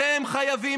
אתם חייבים,